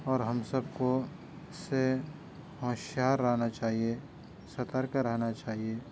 اور ہم سب کو اِس سے ہوشیار رہنا چاہیے سترک رہنا چاہیے